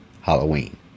Halloween